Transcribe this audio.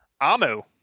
Amu